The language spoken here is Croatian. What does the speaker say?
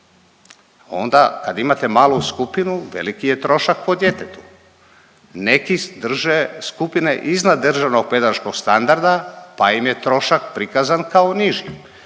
Onda kad imate malu skupinu veliki je trošak po djetetu. Neki drže skupine iznad državnog pedagoškog standarda pa im je trošak prikazan kao niži.